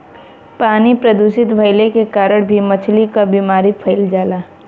पानी प्रदूषित भइले के कारण भी मछली क बीमारी फइल जाला